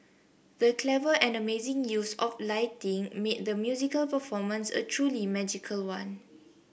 the clever and amazing use of lighting made the musical performance a truly magical one